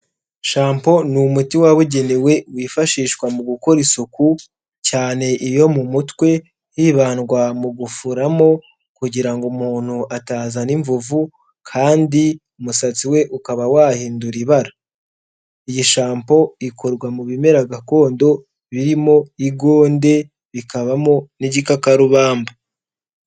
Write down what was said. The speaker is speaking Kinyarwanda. Shampo ni umuti wabugenewe wifashishwa mu gukora isuku, cyane iyo mu mutwe; hibandwa mu gufuramo kugira ngo umuntu atazana imvuvu kandi umusatsi we ukaba wahindura ibara, iyi shampo ikorwa mu bimera gakondo birimo igonde bikabamo n'igikakarubamba.